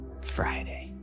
Friday